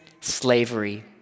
slavery